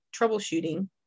troubleshooting